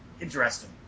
interesting